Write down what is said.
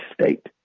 state